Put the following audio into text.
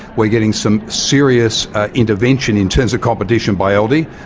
we are getting some serious intervention in terms of competition by aldi,